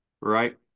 right